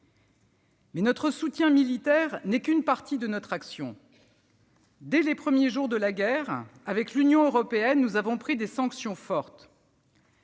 Mais notre soutien militaire n'est qu'une partie de notre action. Dès les premiers jours de la guerre, avec l'Union européenne, nous avons pris des sanctions fortes.